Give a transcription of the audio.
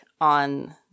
on